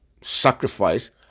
sacrifice